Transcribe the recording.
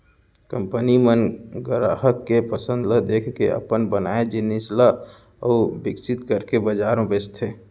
company मन गराहक के पसंद ल देखके अपन बनाए जिनिस ल अउ बिकसित करके बजार म बेचथे